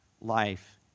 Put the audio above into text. life